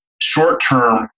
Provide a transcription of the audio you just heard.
short-term